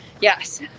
yes